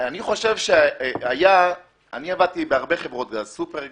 לכן אני חושבת שצריך להציע זה איזשהו ניסוח שמתחשב באפשרויות.